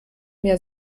mehr